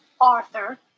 Arthur